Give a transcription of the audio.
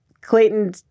Clayton